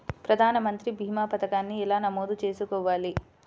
ప్రధాన మంత్రి భీమా పతకాన్ని ఎలా నమోదు చేసుకోవాలి?